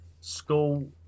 school